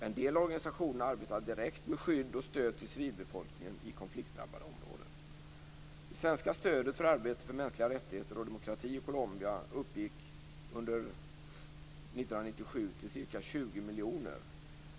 En del av organisationerna arbetar direkt med skydd och stöd till civilbefolkningen i konfliktdrabbade områden. till ca 20 miljoner.